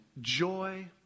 joy